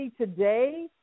today